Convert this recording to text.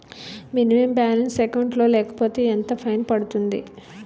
Minimum balance account లో లేకపోతే ఎంత ఫైన్ పడుతుంది?